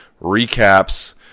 recaps